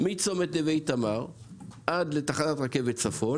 מצומת נווי תמר ועד לתחנת הרכבת צפון